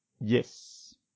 Yes